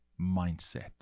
mindset